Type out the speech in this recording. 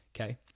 okay